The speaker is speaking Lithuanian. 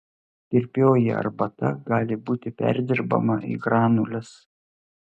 tirpioji arbata gali būti perdirbama į granules